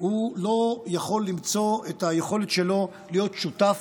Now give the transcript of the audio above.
לא יכול למצוא את היכולת שלו להיות שותף.